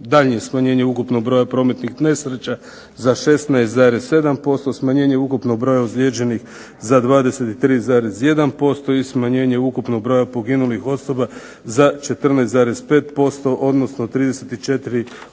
daljnjim smanjenjem ukupnog broja prometnih nesreća za 16,7%, smanjenje ukupnog broja ozlijeđenih za 23,1% i smanjenje ukupnog broja poginulih osoba za 14,5%, odnosno 34